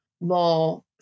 more